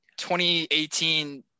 2018